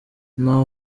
nta